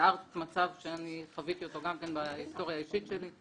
תיארת מצב שאני חוויתי אותו גם כן בהיסטוריה האישית שלי.